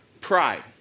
pride